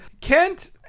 Kent